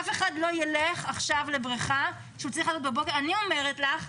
אף אחד לא יילך עכשיו לבריכה כשהוא צריך אני אומרת לך,